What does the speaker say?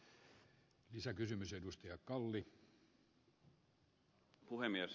arvoisa puhemies